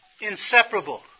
inseparable